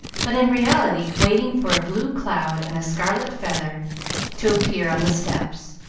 but in reality waiting for a blue cloud and a scarlet feather to appear on the steps.